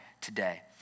today